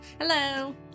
Hello